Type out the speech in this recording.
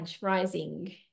rising